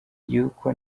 yuko